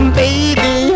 baby